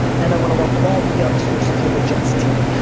and i wanna welcome all the youngsters to the jets team.